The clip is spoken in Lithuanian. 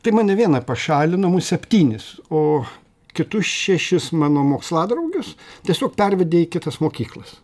tai mane vieną pašalino mus septynis o kitus šešis mano moksladraugius tiesiog pervedė į kitas mokyklas